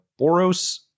boros